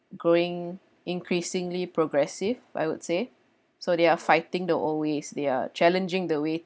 growing increasingly progressive I would say so they are fighting the old ways they're challenging the way